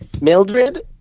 Mildred